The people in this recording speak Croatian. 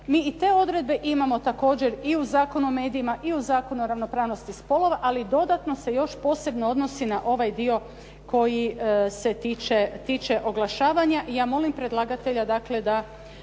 mi i te odredbe imamo također i u Zakonu o medijima i u Zakonu o ravnopravnosti spolova ali dodatno se još posebno odnosi na ovaj dio koji se tiče oglašavanja.